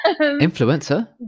influencer